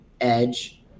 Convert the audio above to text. edge